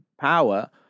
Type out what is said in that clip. power